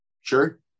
Sure